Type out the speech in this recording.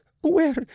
Where